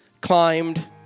climbed